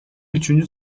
üçüncü